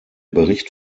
bericht